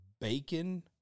bacon